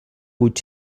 vuit